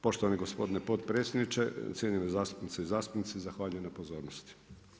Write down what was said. Poštovani gospodine potpredsjedniče, cijenjene zastupnice i zastupnici, zahvaljujem na pozornosti.